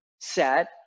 set